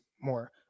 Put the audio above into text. more